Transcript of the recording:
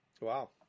Wow